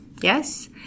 Yes